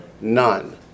None